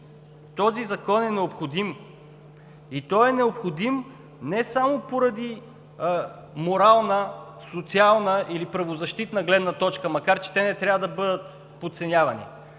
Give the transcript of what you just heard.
Този Закон е необходим! Необходим е не само поради морална, социална или правозащитна гледна точка, макар че те не трябва да бъдат подценявани.